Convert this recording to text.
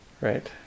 Right